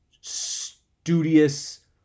studious